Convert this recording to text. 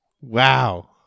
wow